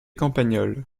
campagnols